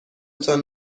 تان